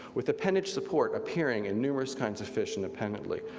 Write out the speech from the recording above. with appendage support appearing in numerous kinds of fish independently,